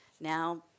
now